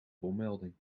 bommelding